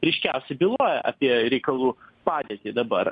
ryškiausiai byloja apie reikalų padėtį dabar